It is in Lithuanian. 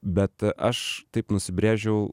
bet aš taip nusibrėžiau